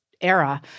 era